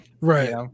Right